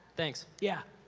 thanks. yeah.